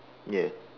yes